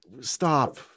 stop